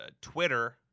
Twitter